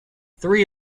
three